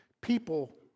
people